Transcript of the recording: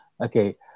Okay